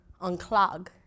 unclog